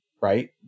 right